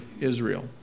Israel